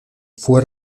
fue